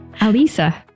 Alisa